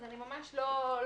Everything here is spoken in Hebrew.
אז אני ממש לא יאריך,